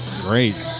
Great